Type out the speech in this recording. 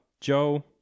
Joe